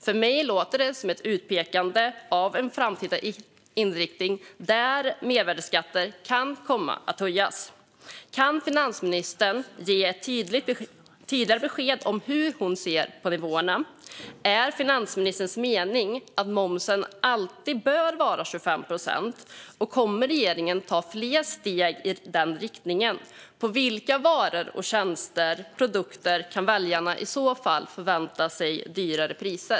För mig låter det som utpekande av en framtida riktning där fler mervärdesskatter kan komma att höjas. Kan finansministern ge ett tydligare besked om hur hon ser på nivåerna - är finansministerns mening att momsen alltid bör vara 25 procent, och kommer regeringen att ta fler steg i den riktningen? På vilka varor, tjänster och produkter kan väljarna i så fall förvänta sig högre priser?